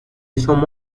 شما